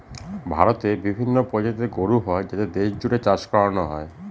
ভারতে বিভিন্ন প্রজাতির গরু হয় যাদের দেশ জুড়ে চাষ করানো হয়